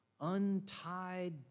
untied